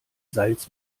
salz